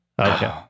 Okay